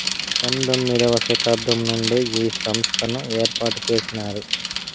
పంతొమ్మిది వ శతాబ్దం నుండే ఈ సంస్థను ఏర్పాటు చేసినారు